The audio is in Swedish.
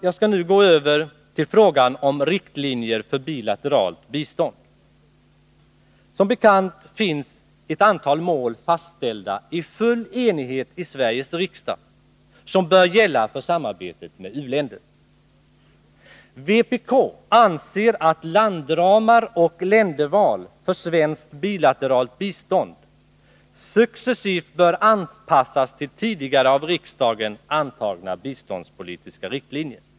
Jag skall nu gå över till frågan om riktlinjer för bilateralt bistånd. Som bekant finns ett antal mål fastställda i full enighet i Sveriges riksdag som bör gälla för samarbetet med u-länder. Vpk anser att landramar och länderval för svenskt bilateralt bistånd successivt bör anpassas till tidigare av riksdagen antagna biståndspolitiska riktlinjer.